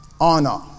Honor